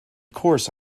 course